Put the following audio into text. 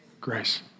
grace